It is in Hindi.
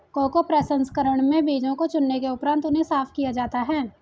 कोको प्रसंस्करण में बीजों को चुनने के उपरांत उन्हें साफ किया जाता है